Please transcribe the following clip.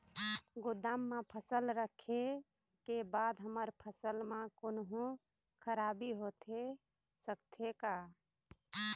गोदाम मा फसल रखें के बाद हमर फसल मा कोन्हों खराबी होथे सकथे का?